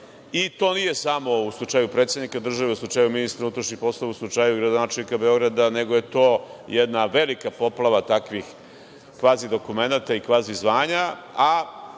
To nije samo u slučaju predsednika države, u slučaju ministra unutrašnjih poslova, u slučaju gradonačelnik Beograda, nego je to jedna velika poplava takvih kvazi dokumenata, kvazi zvanja,